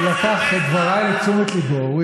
הוא לקח את דברי לתשומת לבו.